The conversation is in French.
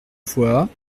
voie